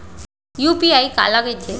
UPI काला कहिथे?